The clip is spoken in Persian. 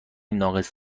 ناقص